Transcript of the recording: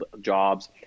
jobs